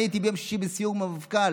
אני הייתי ביום שישי בסיור עם המפכ"ל,